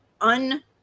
un-